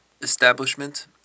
Establishment